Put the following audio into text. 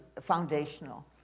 foundational